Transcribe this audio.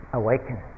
awaken